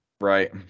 Right